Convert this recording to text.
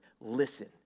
listen